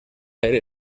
aire